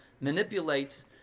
manipulate